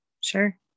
Sure